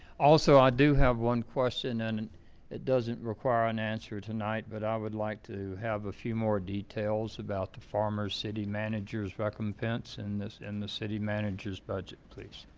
also, i do have one question and it doesn't require an answer tonight but i would like to have a few more details about the farmer city managers recompense in this in the city manager's budget, please